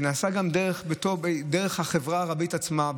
זה נעשה גם דרך החברה הערבית עצמה,